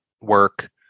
work